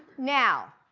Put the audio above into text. now,